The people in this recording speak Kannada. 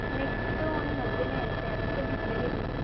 ನೆಕ್ಸ್ಟು ಒಂದು ಮದ್ವೆಯೇ ಐತೆ ಅದಕ್ಕೆ ಮದುವೆಗೇ ಬೇಕು